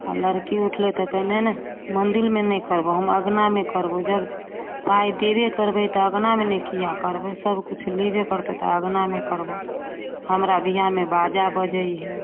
आओर लड़की उठलै तऽ कहै नहि नहि मन्दिरमे नहि करबौ हम अँगनामे करबौ जब पाइ देबे करबै तऽ अँगनामे नहि किए करबै सबकिछु लेबे करतै तऽ अँगनामे करौ हमरा बिआहमे बाजा बजैहिए